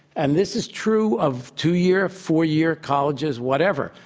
and this is true of two-year, four-year colleges, whatever.